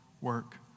work